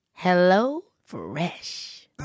HelloFresh